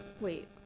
Wait